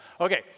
Okay